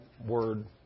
word